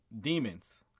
demons